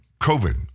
COVID